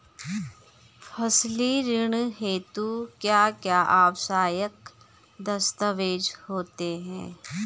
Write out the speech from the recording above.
फसली ऋण हेतु क्या क्या आवश्यक दस्तावेज़ होते हैं?